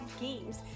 games